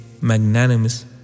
magnanimous